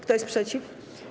Kto jest przeciw?